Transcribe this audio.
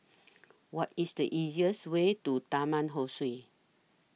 What IS The easiest Way to Taman Ho Swee